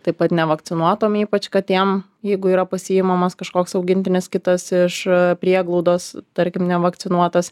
taip pat nevakcinuotom ypač katėm jeigu yra pasiimamas kažkoks augintinis kitas iš prieglaudos tarkim nevakcinuotas